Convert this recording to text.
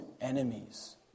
enemies